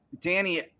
Danny